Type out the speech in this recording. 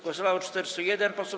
Głosowało 401 posłów.